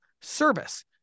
service